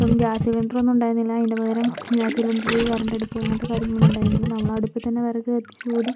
ഇപ്പം gas cylinder ഒന്നും ഉണ്ടായിരുന്നില്ല അതിനു പകരം ഗ്യസ് സിലിണ്ടര് കറണ്ട് അടുപ്പ് അങ്ങനത്തെ കാര്യങ്ങള് ഒന്നും ഉണ്ടായിരുന്നില്ല നമ്മള് അടുപ്പിൽ തന്നെ വിറക് കത്തിച്ച് ഊതി